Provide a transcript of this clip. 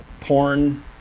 porn